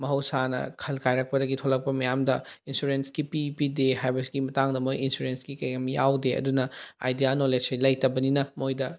ꯃꯍꯧꯁꯥꯅ ꯈꯜ ꯀꯥꯏꯔꯛꯄꯗꯒꯤ ꯊꯣꯛꯂꯛꯄ ꯃꯌꯥꯝꯗ ꯏꯟꯁꯨꯔꯦꯟꯁꯀꯤ ꯄꯤ ꯄꯤꯗꯦ ꯍꯥꯏꯕꯁꯤꯒꯤ ꯃꯇꯥꯡꯗ ꯃꯣꯏ ꯏꯟꯁꯨꯔꯦꯟꯁꯀꯤ ꯀꯔꯤꯝ ꯌꯥꯎꯗꯦ ꯑꯗꯨꯅ ꯑꯥꯏꯗꯤꯌꯥ ꯅꯣꯂꯦꯁꯁꯤ ꯂꯩꯇꯕꯅꯤꯅ ꯃꯣꯏꯗ